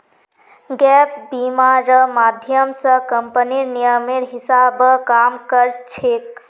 gap बीमा र माध्यम स कम्पनीर नियमेर हिसा ब काम कर छेक